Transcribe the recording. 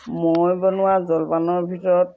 মই বনোৱা জলপানৰ ভিতৰত